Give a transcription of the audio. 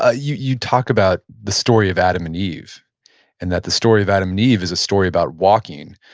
ah you you talk about the story of adam and eve and that the story of adam and eve is a story about walking.